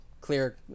clear